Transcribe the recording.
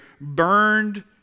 burned